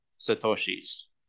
Satoshi's